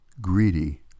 greedy